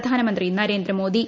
പ്രധാനമന്ത്രി നരേന്ദ്രമോദി